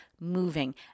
moving